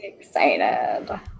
excited